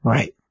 Right